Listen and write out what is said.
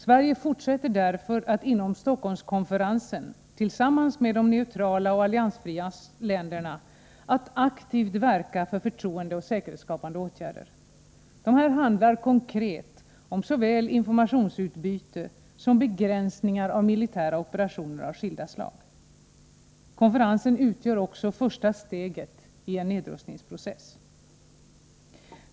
Sverige fortsätter därför att inom Stockholmskonferensen tillsammans med de neutrala och alliansfria länderna aktivt verka för förtroendeoch säkerhetsskapande åtgärder. Dessa handlar konkret om såväl informationsutbyte som begränsningar av militära operationer av skilda slag. Konferensen utgör också första steget i en nedrustningsprocess.